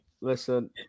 listen